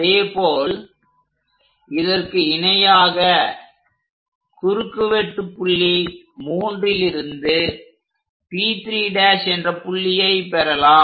அதேபோல் இதற்கு இணையாக குறுக்கு வெட்டுப் புள்ளி 3லிருந்து P3' என்ற புள்ளியை பெறலாம்